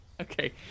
Okay